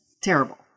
terrible